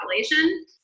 population